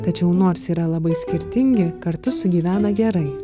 tačiau nors yra labai skirtingi kartu sugyvena gerai